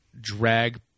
drag